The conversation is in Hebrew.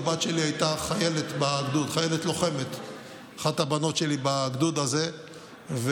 אחת הבנות שלי הייתה חיילת לוחמת בגדוד הזה,